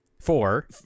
four